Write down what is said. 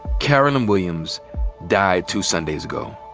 carolyn williams died two sundays ago,